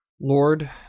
Lord